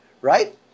right